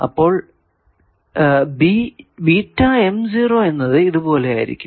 അപ്പോൾ എന്നത് ഇതുപോലെ ആയിരിക്കും